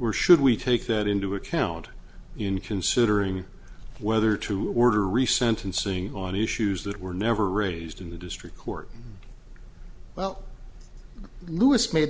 or should we take that into account in considering whether to order re sentencing on issues that were never raised in the district court well lewis made